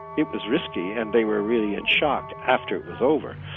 it was risky and they were really in shock after it was over.